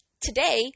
Today